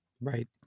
Right